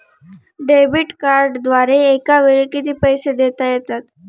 Debit कार्डद्वारे एकावेळी किती पैसे देता येतात?